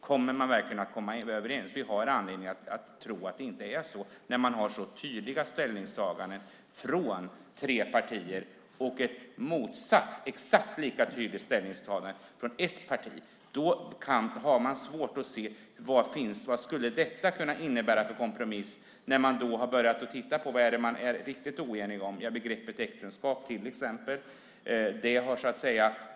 Kommer man verkligen att komma överens? Vi har anledning att tro att det inte är så när man har så tydliga ställningstaganden från tre partier och ett motsatt exakt lika tydligt ställningstagande från ett parti. Det är svårt att se vad detta skulle kunna innebära för kompromiss när man har börjat titta på vad man är riktigt oenig om. Det är begreppet äktenskap till exempel.